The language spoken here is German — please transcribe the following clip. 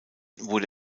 wurde